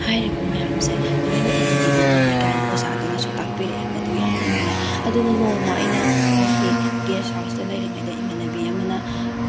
ꯍꯥꯏꯔꯤꯕ ꯃꯌꯥꯝꯁꯦ ꯂꯣꯏꯅ ꯏꯕꯤꯒꯗꯧꯕꯅꯦ ꯀꯥꯏꯅ ꯑꯣꯖꯥꯗꯨꯅꯁꯨ ꯇꯥꯛꯄꯤꯔꯛꯑꯦ ꯃꯗꯨ ꯌꯥꯝ ꯅꯨꯡꯉꯥꯏ ꯑꯗꯨꯒ ꯅꯣꯡꯃ ꯑꯩꯅ ꯃꯣꯏꯒꯤ ꯒꯦꯁꯠ ꯍꯥꯎꯁꯇ ꯂꯩꯔꯤꯉꯩꯗ ꯏꯃꯥꯟꯅꯕꯤ ꯑꯃꯅ